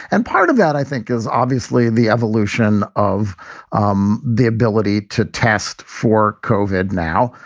and part of that, i think, is obviously the evolution of um the ability to test for cosied. now,